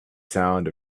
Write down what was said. sound